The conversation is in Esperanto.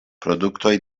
produktoj